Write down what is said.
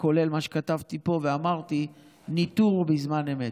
כולל מה שכתבתי פה ואמרתי: ניטור בזמן אמת,